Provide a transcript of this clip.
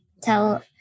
tell